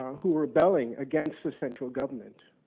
um who were rebelling against the central government,